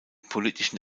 politischen